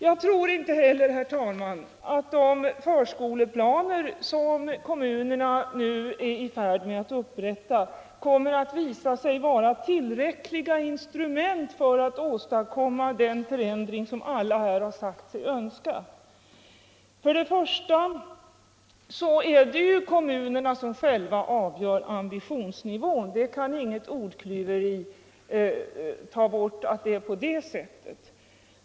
Jag tror inte heller, herr talman, att de förskoleplaner som kommunerna nu är i färd med att upprätta kommer att visa sig vara tillräckliga instrument för att åstadkomma den förändring som alla här har sagt sig önska. För det första är det kommunerna som själva avgör ambitionsnivån —- det kan ingen med aldrig så mycket ordklyveri bestrida.